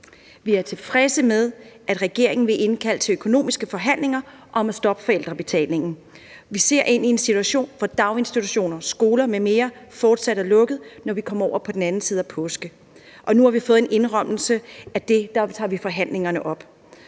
Vi er tilfredse med, at regeringen vil indkalde til økonomiske forhandlinger om at stoppe forældrebetalingen. Vi ser ind i en situation, hvor daginstitutioner, skoler m.m. fortsat er lukket, når vi kommer over på den anden side af påske. Og nu har vi fået den indrømmelse, at vi dér tager forhandlingerne op.